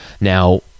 Now